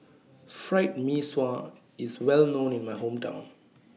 Fried Mee Sua IS Well known in My Hometown